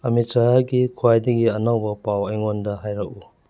ꯑꯃꯤꯠ ꯁꯍꯥꯒꯤ ꯈ꯭ꯋꯥꯏꯗꯒꯤ ꯑꯅꯧꯕ ꯄꯥꯎ ꯑꯩꯉꯣꯟꯗ ꯍꯥꯏꯔꯛꯎ